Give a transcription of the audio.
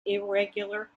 irregular